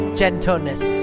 gentleness